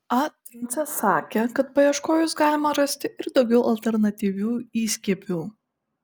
a truncė sakė kad paieškojus galima rasti ir daugiau alternatyvių įskiepių